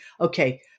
okay